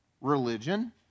religion